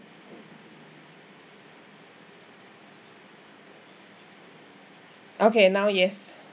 okay now yes